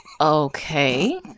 Okay